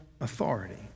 authority